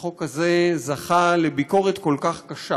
החוק הזה זכה לביקורת כל כך קשה